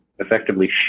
effectively